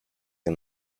and